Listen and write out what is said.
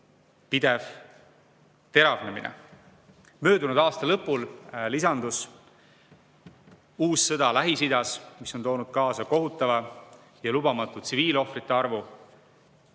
pidev teravnemine. Möödunud aasta lõpul lisandus uus sõda Lähis-Idas, mis on toonud kaasa kohutava ja lubamatu tsiviilohvrite arvu,